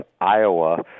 Iowa